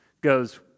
goes